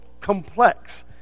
complex